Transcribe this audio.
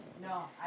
No